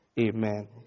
Amen